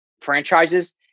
franchises